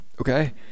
okay